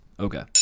Okay